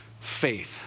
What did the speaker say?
faith